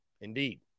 Indeed